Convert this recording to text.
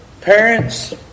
Parents